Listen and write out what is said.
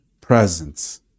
presence